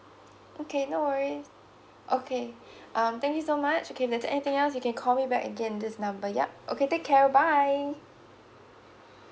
okay no worries okay um thank you so much okay if there's anything else you can call me back again this number yup okay take care bye